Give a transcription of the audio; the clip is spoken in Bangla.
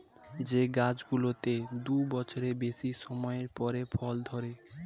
যে গাছগুলোতে দু বছরের বেশি সময় পরে ফল ধরে